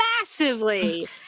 Massively